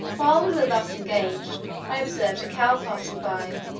while we were thus engaged, i observed a cow passing by,